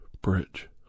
bridge